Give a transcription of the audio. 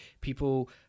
people